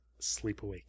Sleepaway